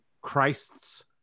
Christ's